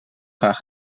graag